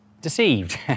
deceived